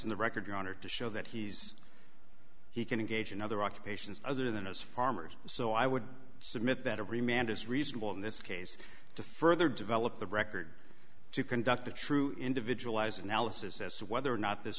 in the record your honor to show that he's he can engage in other occupations other than as farmers so i would submit that every man does reasonable in this case to further develop the record to conduct a true individualized analysis as to whether or not this